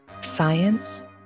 science